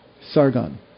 Sargon